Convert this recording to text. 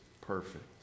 perfect